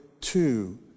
two